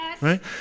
Right